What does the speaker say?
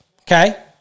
okay